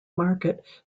market